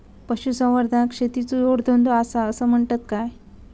पशुसंवर्धनाक शेतीचो जोडधंदो आसा म्हणतत काय?